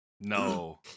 No